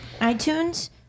iTunes